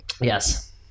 Yes